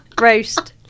roast